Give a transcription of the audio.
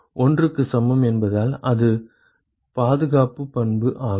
1 க்கு சமம் என்பதால் அது பாதுகாப்புச் பண்பு ஆகும்